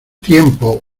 tiempo